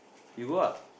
you go